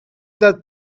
that